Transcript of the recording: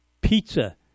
pizza